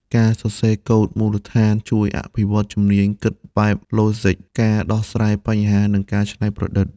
ការសរសេរកូដមូលដ្ឋានជួយអភិវឌ្ឍជំនាញគិតបែបឡូហ្ស៊ិក ការដោះស្រាយបញ្ហា និងការច្នៃប្រឌិត។